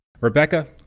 Rebecca